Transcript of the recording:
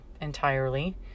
entirely